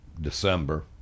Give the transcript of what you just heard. December